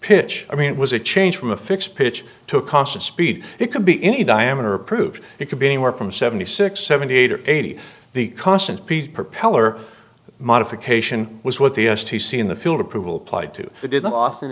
pitch i mean it was a change from a fixed pitch to a constant speed it could be any diameter approved it could be anywhere from seventy six seventy eight or eighty the constant peak propeller modification was what the s t c in the field approval plied to